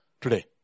Today